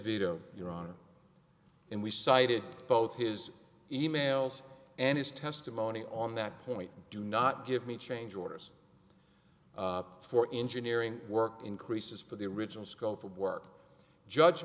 veto your honor and we cited both his emails and his testimony on that point do not give me change orders for engineering work increases for the original sculpture work judge